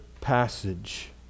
passage